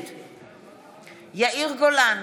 נגד יאיר גולן,